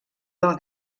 del